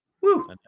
Woo